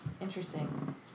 Interesting